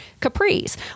capris